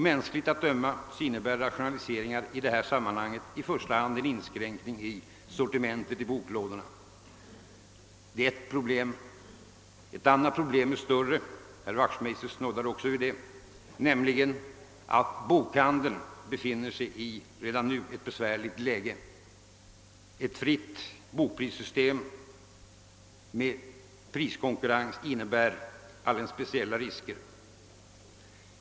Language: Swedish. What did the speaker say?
Mänskligt att döma innebär rationalisering i detta sammanhang i första hand en inskränkning av sortimentet i boklådorna. Detta är ett problem. Ett annat problem är större — herr Wachtmeister berörde också det — nämligen att bokhandeln redan nu befinner sig i ett besvärligt läge och att ett fritt bokprissystem med priskonkurrens därför innebär alldeles speciella risker.